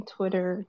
Twitter